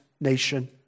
nation